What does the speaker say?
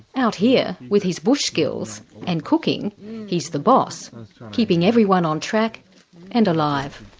out here with his bush skills and cooking he's the boss keeping everyone on track and alive.